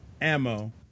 ammo